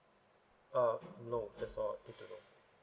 ah no that's all